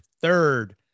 third